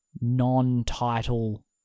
non-title